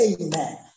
Amen